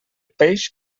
peix